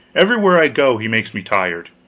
everywhere i go he makes me tired.